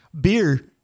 beer